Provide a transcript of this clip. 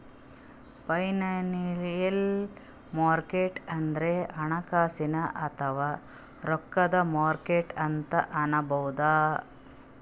financial market ಅಂದ್ರ ಹಣಕಾಸಿನ್ ಅಥವಾ ರೊಕ್ಕದ್ ಮಾರುಕಟ್ಟೆ ಅಂತ್ ಅನ್ಬಹುದ್